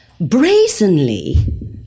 brazenly